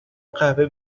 قهوه